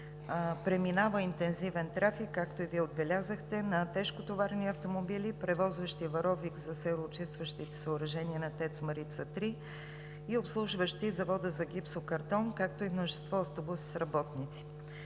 преминава интензивен трафик, както отбелязахте и Вие, на тежкотоварни автомобили, превозващи варовик за сероочистващите съоръжения на ТЕЦ „Марица 3“ и обслужващи Завода за гипсокартон, както и множество автобуси с работници.